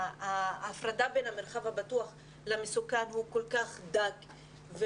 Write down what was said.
ההפרדה בין הבטוח למסוכן הוא כל כך דק.